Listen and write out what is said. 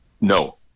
No